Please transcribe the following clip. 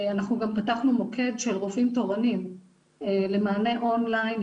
אנחנו גם פתחנו מוקד של רופאים תורנים למענה אונליין,